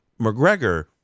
McGregor